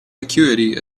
acuity